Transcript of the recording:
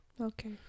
okay